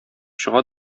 чыга